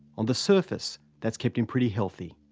on the surface, that's kept him pretty healthy.